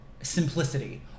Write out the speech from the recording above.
simplicity